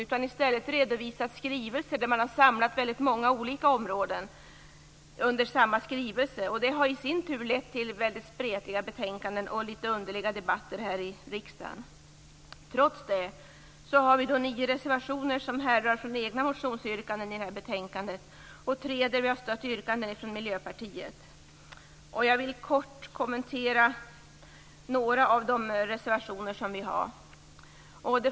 I stället har man redovisat skrivelser och samlat många olika områden i samma skrivelse. Det har i sin tur lett till spretiga betänkanden och litet underliga debatter här i riksdagen. Trots det har vi nio reservationer fogade till det här betänkandet som härrör från egna motionsyrkanden. I tre reservationer stöder vi Miljöpartiet. Jag vill kort kommentera några av reservationerna.